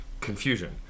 confusion